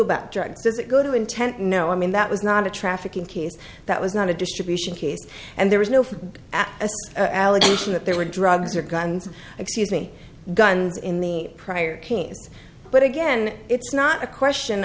about drugs does it go to intent no i mean that was not a trafficking case that was not a distribution case and there is no faith at allegation that there were drugs or guns excuse me guns in the prior kings but again it's not a question